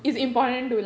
okay okay